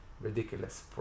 ridiculous